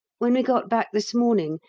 when we got back this morning,